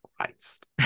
Christ